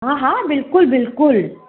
हा हा बिल्कुलु बिल्कुलु